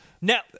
Now-